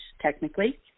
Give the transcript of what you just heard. technically